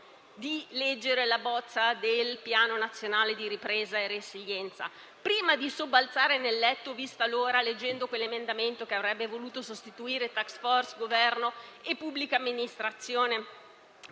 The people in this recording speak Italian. di leggere la bozza del Piano nazionale di ripresa e resilienza, prima di sobbalzare nel letto - vista l'ora - leggendo quell'emendamento che avrebbe voluto sostituire *task force*, Governo e pubblica amministrazione